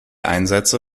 einsätze